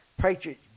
Patriot